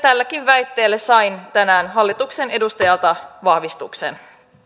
tällekin väitteelle sain tänään hallituksen edustajalta vahvistuksen